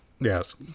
Yes